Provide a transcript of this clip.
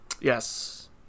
Yes